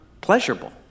pleasurable